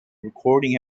recording